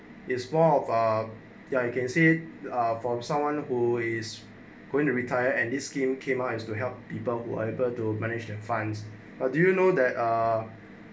it's more of a ya you can see it from someone who is going to retire and this scheme came up is to help people who are able to manage the funds but do you know that ah